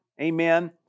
amen